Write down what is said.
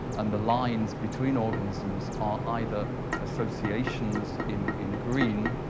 and the lines between organisms are either associations in in green,